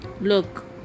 look